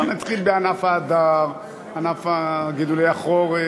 לא, נתחיל בענף ההדר, ענף גידולי החורף.